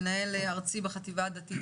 מנהל ארצי בחטיבה הדתית.